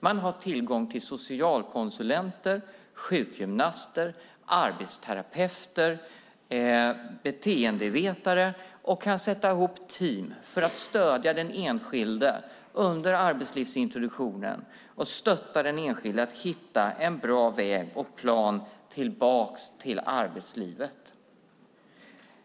De har tillgång till socialkonsulenter, sjukgymnaster, arbetsterapeuter, beteendevetare och kan sätta ihop team för att stödja den enskilde under arbetslivsintroduktionen och stötta honom eller henne för att hitta en bra plan och en väg tillbaka till arbetslivet.